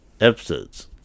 episodes